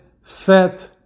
set